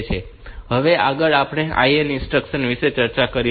હવે આગળ આપણે IN ઇન્સ્ટ્રક્શન વિશે ચર્ચા કરીશું